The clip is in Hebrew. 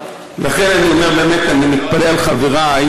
לכן אני אומר, אני מתפלא על חברי,